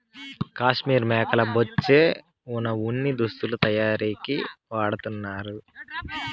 కాశ్మీర్ మేకల బొచ్చే వున ఉన్ని దుస్తులు తయారీకి వాడతన్నారు